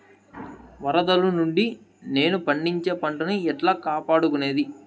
వరదలు నుండి నేను పండించే పంట ను ఎట్లా కాపాడుకునేది?